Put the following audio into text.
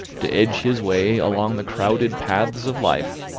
to edge his way along the crowded paths of life,